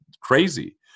crazy